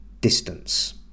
distance